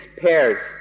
pairs